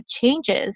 changes